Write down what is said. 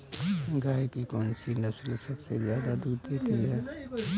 गाय की कौनसी नस्ल सबसे ज्यादा दूध देती है?